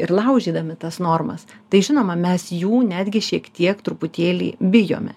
ir laužydami tas normas tai žinoma mes jų netgi šiek tiek truputėlį bijome